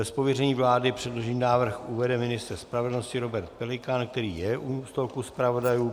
Z pověření vlády předložený návrh uvede ministr spravedlnosti Robert Pelikán, který je u stolku zpravodajů.